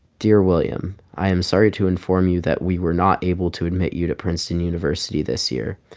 dear william, i am sorry to inform you that we were not able to admit you to princeton university this year.